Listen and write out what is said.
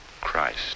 Christ